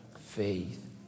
faith